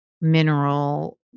mineral